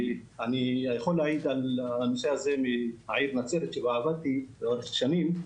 ואני יכול להעיד על הנושא הזה מהעיר נצרת בה עבדתי לאורך שנים,